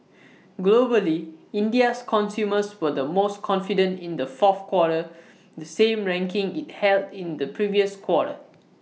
globally India's consumers were the most confident in the fourth quarter the same ranking IT held in the previous quarter